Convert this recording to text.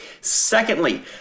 Secondly